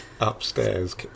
upstairs